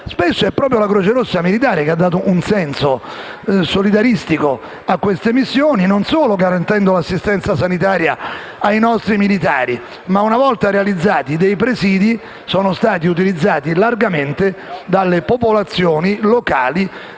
spesso è stata proprio la Croce Rossa militare ad aver dato un senso solidaristico a queste missioni, garantendo l'assistenza sanitaria non solo ai nostri militari, perché una volta realizzati dei presidi, questi sono stati utilizzati largamente dalle popolazioni locali.